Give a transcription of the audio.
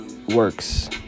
Works